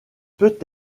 peut